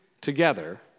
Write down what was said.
together